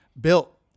built